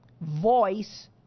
voice